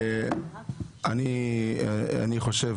גם אני חושב